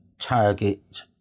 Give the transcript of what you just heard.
target